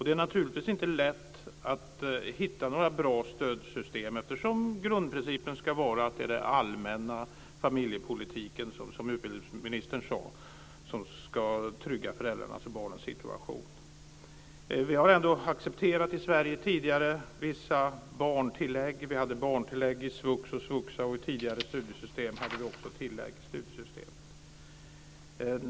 Det är naturligtvis inte lätt att hitta några bra stödsystem, eftersom grundprincipen ska vara att den allmänna familjepolitiken - som utbildningsministern sade - ska trygga föräldrarnas och barnens situation. Vi har ändå accepterat vissa barntillägg tidigare.